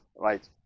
right